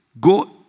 go